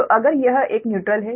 तो अगर यह एक न्यूट्रल है